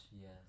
Yes